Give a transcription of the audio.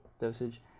dosage